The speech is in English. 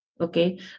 Okay